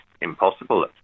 impossible